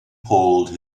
pulled